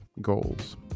goals